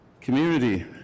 Community